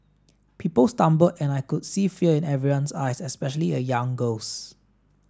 people stumbled and I could see fear in everyone's eyes especially a young girl's